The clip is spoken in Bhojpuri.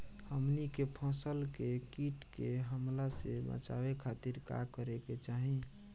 हमनी के फसल के कीट के हमला से बचावे खातिर का करे के चाहीं?